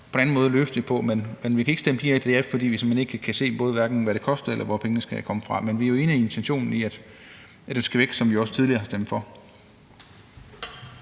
en anden måde at løse det på. Men vi kan ikke stemme direkte ja, fordi vi hverken kan se, hvad det koster, eller hvor pengene skal komme fra. Men vi er jo enige i intentionen om, at den beskatning skal væk, hvilket vi også tidligere har stemt for.